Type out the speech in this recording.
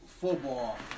football